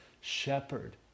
shepherd